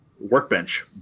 workbench